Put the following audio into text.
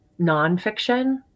nonfiction